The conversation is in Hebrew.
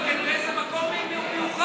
אבל כנראה זה מקום מיוחד,